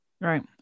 right